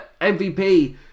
MVP